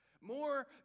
more